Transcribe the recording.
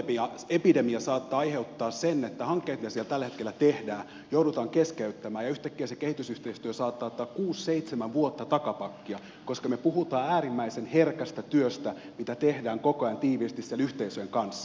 ebola epidemia saattaa aiheuttaa sen että hankkeet mitä siellä tällä hetkellä tehdään joudutaan keskeyttämään ja yhtäkkiä se kehitysyhteistyö saattaa ottaa kuusi seitsemän vuotta takapakkia koska me puhumme äärimmäisen herkästä työstä mitä tehdään koko ajan tiiviisti sen yhteisön kanssa